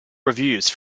reviews